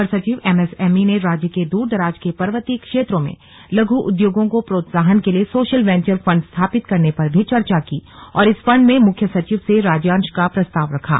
अपर सचिव MSME ने राज्य के दूर दराज के पर्वतीय क्षेत्रों में लघ् उद्योगों को प्रोत्साहन के लिए सोशल वेंचर फण्ड स्थापित करने पर भी चर्चा की और इस फण्ड में मुख्य सचिव से राज्यांश का प्रस्ताव रखा